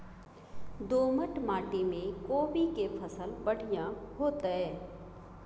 दोमट माटी में कोबी के फसल बढ़ीया होतय?